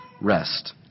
rest